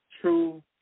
true